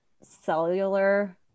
cellular